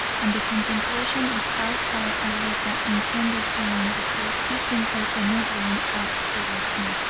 and the contemplation of how far arletta intended going before ceasing her benevolent acts towards me,